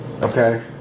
Okay